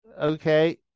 Okay